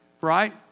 right